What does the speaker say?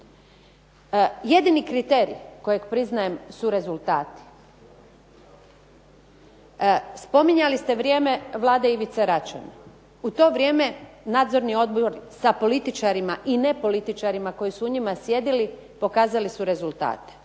Jedini kriteriji kojeg priznajem su rezultati. Spominjali ste vrijeme Vlade Ivice Račana. U to vrijeme nadzorni odbor sa političarima i nepolitičarima koji su u njima sjedili pokazali su rezultate.